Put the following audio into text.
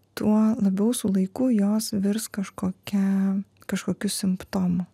tuo labiau su laiku jos virs kažkokia kažkokiu simptomu